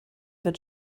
wird